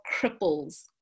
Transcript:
cripples